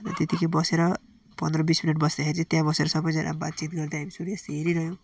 अन्त त्यत्तिकै बसेर पन्ध्र बिस मिनट बस्दाखेरि चाहिँ त्यहाँ बसेर सबैजना बातचित गर्दाखेरि चाहिँ सूर्यास्त हेरिरह्यौँ